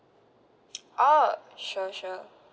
oh sure sure